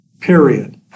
period